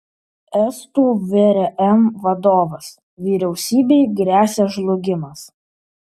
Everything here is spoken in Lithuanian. estų vrm vadovas vyriausybei gresia žlugimas